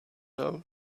know